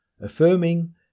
affirming